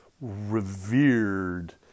revered